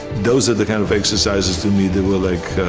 those are the kind of exercises to me that were like,